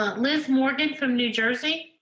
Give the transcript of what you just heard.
um liz morgan from new jersey.